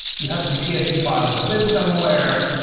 you have some csv files that live somewhere,